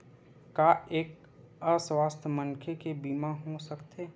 का एक अस्वस्थ मनखे के बीमा हो सकथे?